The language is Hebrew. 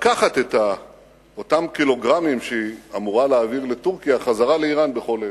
לקחת את אותם קילוגרמים שהיא אמורה להעביר לטורקיה בחזרה לאירן בכל עת.